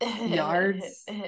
Yards